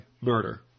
murder